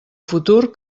futur